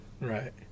right